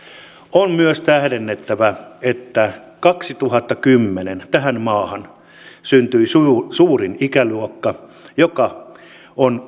on myös tähdennettävä että kaksituhattakymmenen tähän maahan syntyi suuri ikäluokka joka on